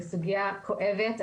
כואבת,